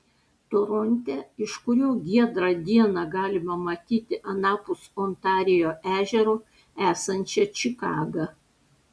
toronte iš kurio giedrą dieną galima matyti anapus ontarijo ežero esančią čikagą